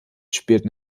spielten